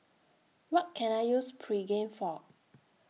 What Can I use Pregain For